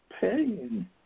pain